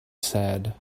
said